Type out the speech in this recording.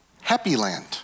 Happyland